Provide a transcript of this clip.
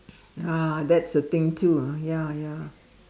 ah that's the thing too ah ya ya